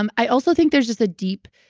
um i also think there's just a deep,